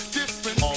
different